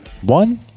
One